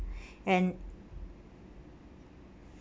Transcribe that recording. and